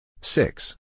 Six